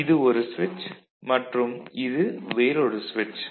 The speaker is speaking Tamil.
இது ஒரு சுவிட்ச் மற்றும் இது வேறொரு சுவிட்ச்